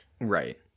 Right